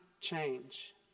change